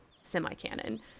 semi-canon